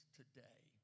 today